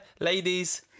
Ladies